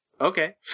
okay